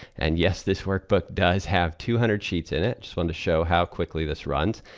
and yes, this workbook does have two hundred sheets in it. just wanted to show how quickly this runs.